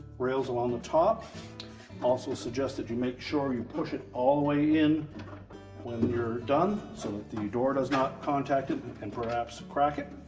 rails along the top also suggest that you make sure you push it all the way in when you're done, so that the door does not contact it and perhaps crack it.